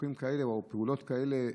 ניתוחים כאלה או פעולות כאלה,